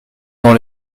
dans